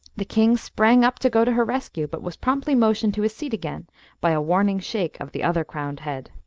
the king sprang up to go to her rescue, but was promptly motioned to his seat again by a warning shake of the other crowned head.